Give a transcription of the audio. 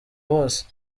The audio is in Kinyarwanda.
bose